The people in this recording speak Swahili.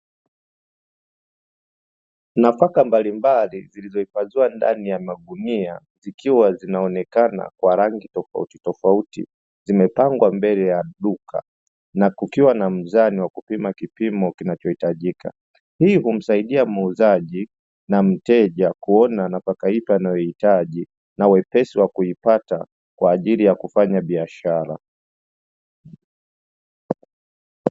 Nafaka mbalimbali zilizoifadhiwa ndani ya magunia, zikiwa zinaonekana kwa rangi tofautitofauti zimepangwa mbele ya duka na kukiwa na mzani wa kupima kipimo kinacho hitajika, hii humsaidia muuzaji na mteja kuona nafaka ipi anayoihitaji na wepesi wa kuipata kwaajili ya kufanya biashara.